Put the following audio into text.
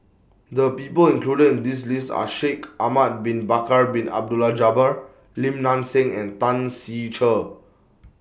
The People included in This list Are Shaikh Ahmad Bin Bakar Bin Abdullah Jabbar Lim Nang Seng and Tan Ser Cher